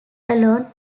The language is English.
alone